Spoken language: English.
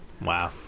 Wow